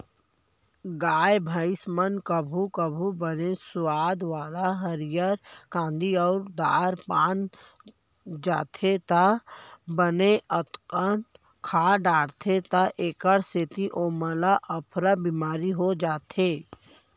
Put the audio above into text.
गाय भईंस मन कभू कभू बने सुवाद वाला हरियर कांदी अउ दार पा जाथें त बने अकन खा डारथें एकर सेती ओमन ल अफरा बिमारी हो जाथे